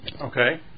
Okay